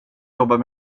jobbar